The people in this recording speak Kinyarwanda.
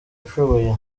ushoboye